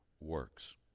works